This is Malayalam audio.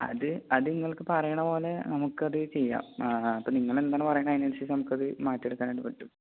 അത് അത് നിങ്ങൾക്ക് പറയണപോലെ നമുക്കത് ചെയ്യാം അപ്പോൾ നിങ്ങളെന്താണോ പറയണത് അതിനനുസരിച്ച് നമുക്കത് മാറ്റിയെടുക്കാനായിട്ട് പറ്റും